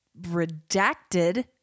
Redacted